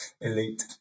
Elite